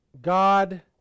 God